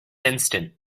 instant